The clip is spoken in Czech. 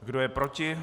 Kdo je proti?